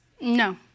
No